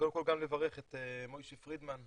אני מברכת את בואה של חברתי מיכל קוטלר וונש,